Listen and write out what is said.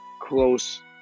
close